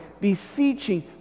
beseeching